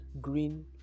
green